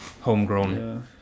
Homegrown